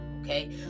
okay